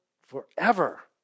forever